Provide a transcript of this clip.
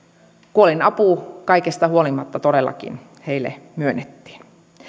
kuolinapu kaikesta huolimatta todellakin heille myönnettiin